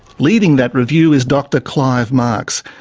leading that review is dr clive marks.